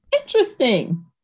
Interesting